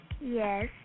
Yes